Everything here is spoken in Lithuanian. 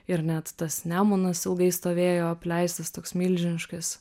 ir net tas nemunas ilgai stovėjo apleistas toks milžiniškas